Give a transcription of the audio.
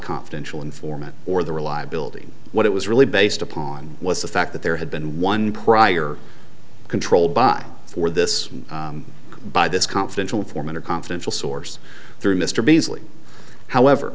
confidential informant or the reliability what it was really based upon was the fact that there had been one prior controlled by for this by this confidential informant a confidential source through mr beasley however